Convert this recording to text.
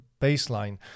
baseline